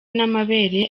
n’amabere